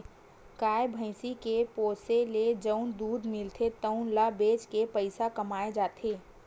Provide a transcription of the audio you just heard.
गाय, भइसी के पोसे ले जउन दूद मिलथे तउन ल बेच के पइसा कमाए जाथे